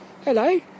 Hello